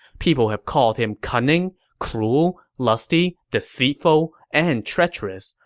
people have called him cunning, cruel, lusty, deceitful, and treacherous,